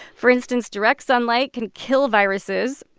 for instance, direct sunlight can kill viruses.